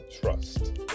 trust